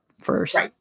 first